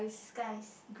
skies